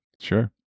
Sure